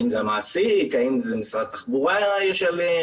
האם זה המעסיק, האם זה משרד התחבורה ישלם?